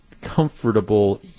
comfortable